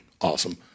Awesome